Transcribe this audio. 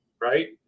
right